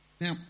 Now